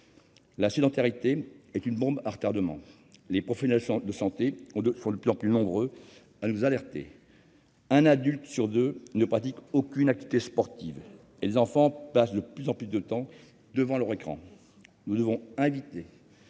La sédentarité est une bombe à retardement. Les professionnels de santé sont de plus en plus nombreux à nous alerter : un adulte sur deux ne pratique aucune activité physique, et les enfants passent de plus en plus de temps devant leurs écrans. Nous devons inviter